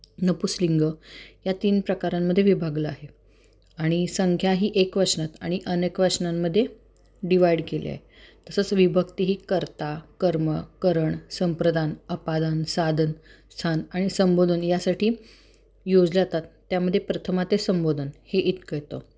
नपुंसकलिंग या तीन प्रकारांमध्ये विभागले आहे आणि संख्या ही एकवचनात आणि अनेकवचनांमध्ये डिवाइड केले आहे तसंच विभक्ती ही कर्ता कर्म करण संप्रदान अपादन साधन स्थान आणि संबोधन यासाठी योजल्या जातात त्यामध्ये प्रथमाते संबोधन हे इतकं येतं